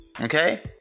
Okay